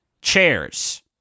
chairs